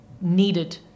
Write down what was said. needed